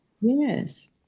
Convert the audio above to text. yes